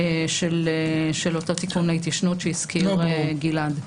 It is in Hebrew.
של אותו תיקון להתיישנות שהזכיר גלעד.